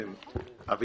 אני